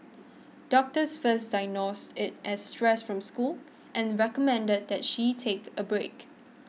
doctors first diagnosed it as stress from school and recommended that she take a break